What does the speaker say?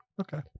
Okay